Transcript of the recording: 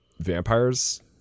vampires